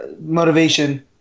motivation